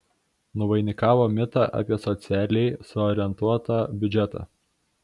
nuvainikavo mitą apie socialiai suorientuotą biudžetą